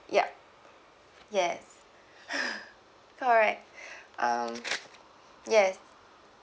yup yes correct um yes